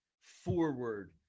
forward